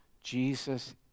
Jesus